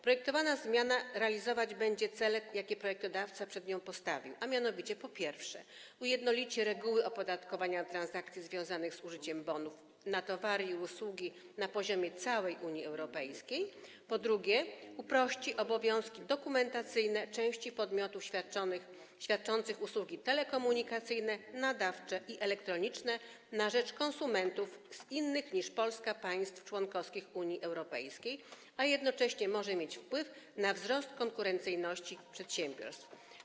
Projektowana zmiana realizować będzie cele, jakie projektodawca przed nią postawił, a mianowicie, po pierwsze, ujednolici reguły opodatkowania transakcji związanych z użyciem bonów na towary i usługi na poziomie całej Unii Europejskiej, po drugie, uprości obowiązki dokumentacyjne części podmiotów świadczących usługi telekomunikacyjne, nadawcze i elektroniczne na rzecz konsumentów z innych niż Polska państw członkowskich Unii Europejskiej, a jednocześnie może mieć wpływ na wzrost konkurencyjności przedsiębiorstw.